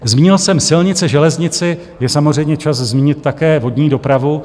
Zmínil jsem silnice, železnici, je samozřejmě čas zmínit také vodní dopravu.